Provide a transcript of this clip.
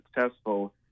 successful